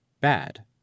bad